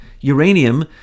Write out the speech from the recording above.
uranium